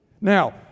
Now